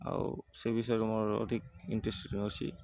ଆଉ ସେ ବିଷୟରେ ମୋର ଅଧିକ ଇଣ୍ଟରେଷ୍ଟେଡ଼୍ ଅଛି